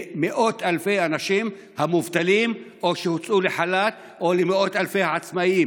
למאות אלפי אנשים מובטלים או שהוצאו לחל"ת או למאות אלפי העצמאים?